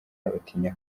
batinya